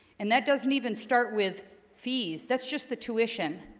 and that doesn't even start with fees that's just the tuition